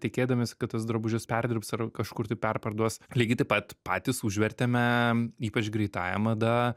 tikėdamies kad tuos drabužius perdirbs ar kažkur tai perparduos lygiai taip pat patys užvertėme ypač greitąja mada